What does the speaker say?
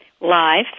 live